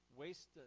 waste